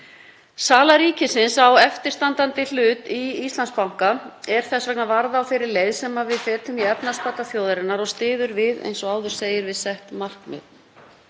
Sala ríkisins á eftirstandandi hlut í Íslandsbanka er þess vegna varða á þeirri leið sem við fetum í efnahagsbata þjóðarinnar og styður við, eins og áður segir, sett markmið.